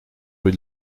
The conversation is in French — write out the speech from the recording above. rue